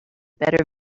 better